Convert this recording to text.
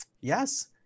yes